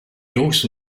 also